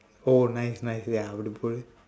oh nice nice ya wonderful